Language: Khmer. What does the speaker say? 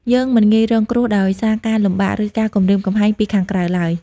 យើងមិនងាយរងគ្រោះដោយសារការលំបាក ឬការគំរាមកំហែងពីខាងក្រៅឡើយ។